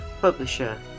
Publisher